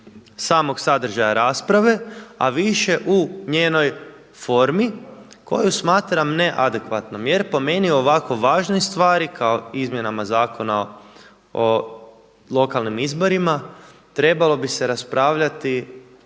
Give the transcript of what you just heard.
same sadržaja rasprave, a više u njenoj formi koju smatram neadekvatnom jer po meni ovako važne stvari kao izmjene Zakona o lokalnim izborima trebalo bi se raspravljati,